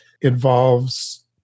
involves